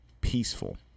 peaceful